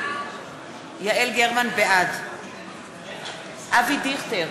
בעד אבי דיכטר,